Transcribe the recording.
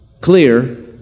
clear